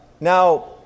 Now